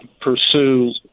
pursue